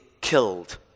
killed